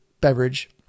beverage